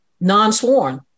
non-sworn